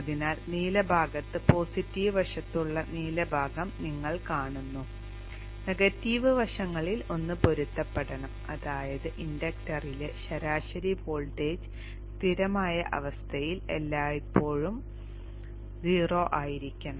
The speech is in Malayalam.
അതിനാൽ നീല ഭാഗത്ത് പോസിറ്റീവ് വശത്തുള്ള നീല ഭാഗം നിങ്ങൾ കാണുന്നു നെഗറ്റീവ് വശങ്ങളിൽ ഒന്ന് പൊരുത്തപ്പെടണം അതായത് ഇൻഡക്ടറിലെ ശരാശരി വോൾട്ടേജ് സ്ഥിരമായ അവസ്ഥയിൽ എല്ലായ്പ്പോഴും 0 ആയിരിക്കണം